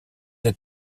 êtes